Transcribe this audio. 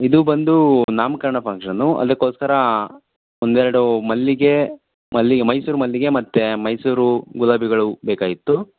ಇದು ಬಂದು ನಾಮಕರಣ ಫಂಕ್ಷನು ಅದಕ್ಕೋಸ್ಕರ ಒಂದೆರಡು ಮಲ್ಲಿಗೆ ಮಲ್ಲಿಗೆ ಮೈಸೂರು ಮಲ್ಲಿಗೆ ಮತ್ತು ಮೈಸೂರು ಗುಲಾಬಿಗಳು ಬೇಕಾಗಿತ್ತು